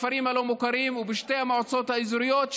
בכפרים הלא-מוכרים ובשתי המועצות האזוריות,